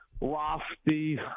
lofty